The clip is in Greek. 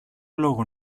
λόγο